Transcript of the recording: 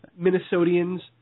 Minnesotians